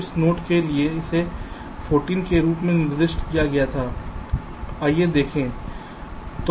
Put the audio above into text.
इस नोड के लिए इसे 14 के रूप में निर्दिष्ट किया गया था आइए देखें